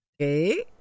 Okay